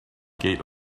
gate